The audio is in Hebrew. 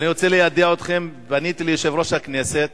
ואני רוצה ליידע אתכם, פניתי אל יושב-ראש הכנסת,